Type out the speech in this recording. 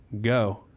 go